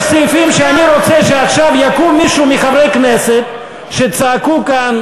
יש סעיפים שאני רוצה שעכשיו יקום מישהו מחברי הכנסת שצעקו כאן,